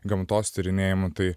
gamtos tyrinėjimu tai